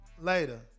Later